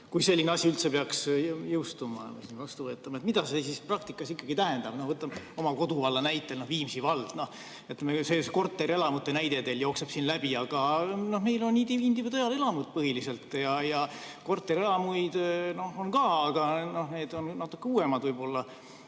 asi, selline otsus üldse peaks jõustuma, vastu võetama, siis mida see praktikas ikkagi tähendab. Võtan oma koduvalla näite, Viimsi vald. Ütleme, see korterelamute näide teil jookseb siit läbi, aga meil on individuaalelamud põhiliselt, korterelamuid on ka, aga need on natuke uuemad kui võib-olla